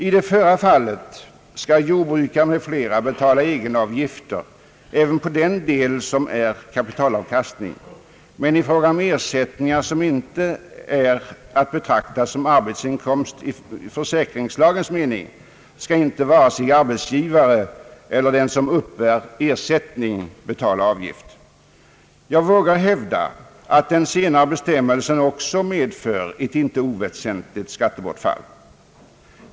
I det förra fallet skall jordbrukare m.fl. betala egenavgifter även på den in komstdel som är kapitalavkastning, men i fråga om ersättningar som inte är att betrakta som arbetsinkomst i försäkringslagens mening skall varken arbetsgivare eller den som uppbär ersättningen betala avgift. Jag vågar hävda att den senare bestämmelsen också medför ett inte oväsentligt skattebortfall.